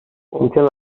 ممکن